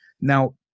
Now